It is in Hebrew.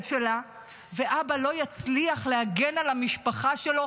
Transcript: שלה ואבא לא יצליח להגן על המשפחה שלו,